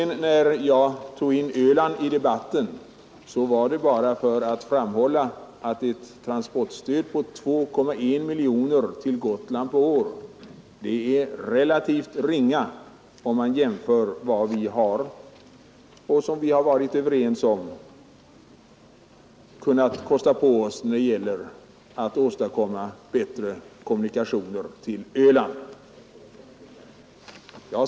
När jag drog in Öland i debatten var det bara för att framhålla att ett transportstöd på 2,1 miljoner per år till Gotland är relativt litet om man jämför med vad vi har varit överens om att kosta på oss för att åstadkomma bättre kommunikationer till Öland.